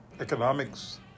economics